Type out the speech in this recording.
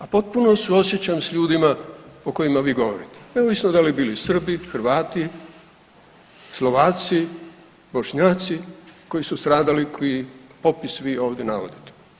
A potpuno suosjećam s ljudima o kojima vi govorite neovisno da li bili Srbi, Hrvati, Slovaci, Bošnjaci, koji su stradali, koji popis vi ovdje navodite.